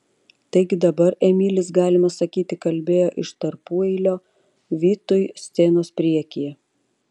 taigi dabar emilis galima sakyti kalbėjo iš tarpueilio vitui scenos priekyje